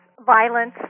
violence